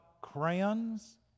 crayons